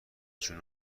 جون